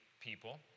people